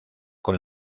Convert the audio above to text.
con